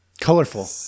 Colorful